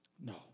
No